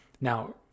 Now